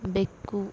ಬೆಕ್ಕು